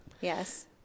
Yes